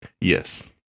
Yes